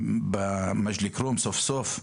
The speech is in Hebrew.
סוף-סוף,